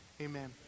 amen